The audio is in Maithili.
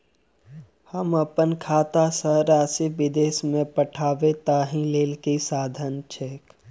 हम अप्पन खाता सँ राशि विदेश मे पठवै ताहि लेल की साधन छैक?